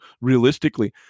realistically